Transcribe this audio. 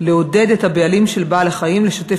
לעודד את הבעלים של בעל-החיים לשתף